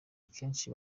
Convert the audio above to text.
kenshi